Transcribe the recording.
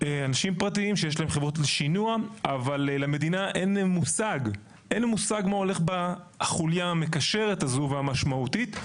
למדינה אין מושג מה הולך בחוליה המקשרת הזאת והמשמעותית.